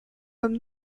from